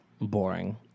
boring